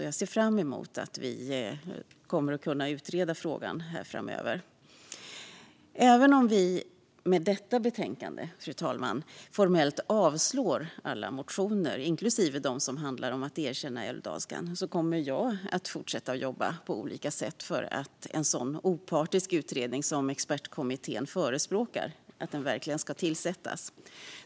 Jag ser fram emot att vi utreder frågan framöver. Även om vi med detta betänkande, fru talman, formellt avslår alla motioner, inklusive dem som handlar om att erkänna älvdalskan, kommer jag att fortsätta jobba på olika sätt för att en sådan opartisk utredning som expertkommittén förespråkar verkligen ska tillsättas.